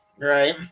right